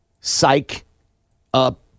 psych-up